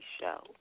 show